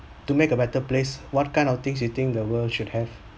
to make a better place what kind of things you think the world should have